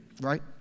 right